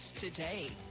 today